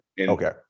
okay